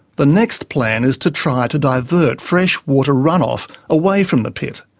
the next plan is to try to divert fresh water runoff away from the pit.